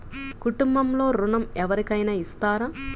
కుటుంబంలో ఋణం ఎవరికైనా ఇస్తారా?